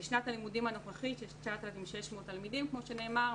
בשנת הלימודים הנוכחית יש 9,600 תלמידים כמו שנאמר,